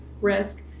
risk